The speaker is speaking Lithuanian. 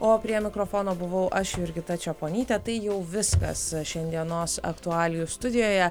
o prie mikrofono buvau aš jurgita čeponytė tai jau viskas šiandienos aktualijų studijoje